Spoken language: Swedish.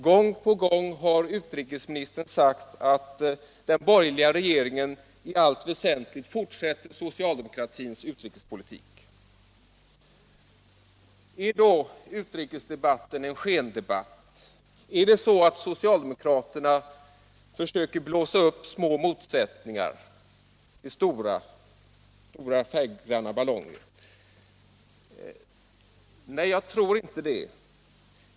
Gång på gång har utrikesministern sagt att den borgerliga regeringen i allt väsentligt fortsätter socialdemokratins utrikespolitik. Är då utrikesdebatten mest en skendebatt? Är det så att socialdemokraterna försöker blåsa upp små motsättningar till stora färggranna ballonger? Nej, jag tror inte det.